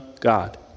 God